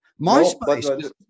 MySpace